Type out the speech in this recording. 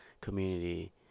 community